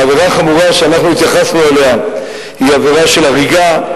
והעבירה החמורה שהתייחסנו אליה היא עבירה של הריגה,